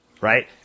right